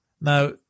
Now